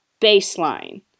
baseline